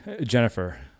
Jennifer